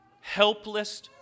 helpless